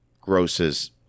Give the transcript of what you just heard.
grosses